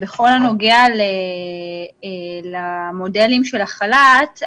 בכל הנוגע למודלים של החל"ת,